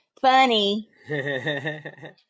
Funny